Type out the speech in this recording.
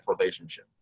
relationship